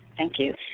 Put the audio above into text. thank you.